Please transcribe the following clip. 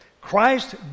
Christ